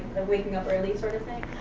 waking up early sort of thing.